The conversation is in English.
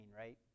right